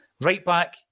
Right-back